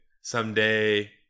someday